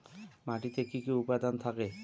মাটিতে কি কি উপাদান থাকে?